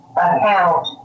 account